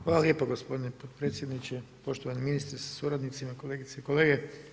Hvala lijepo gospodine potpredsjedniče, poštovani ministre sa suradnicima, kolegice i kolege.